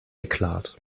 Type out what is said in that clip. eklat